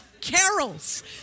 carols